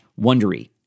Wondery